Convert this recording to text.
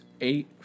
eight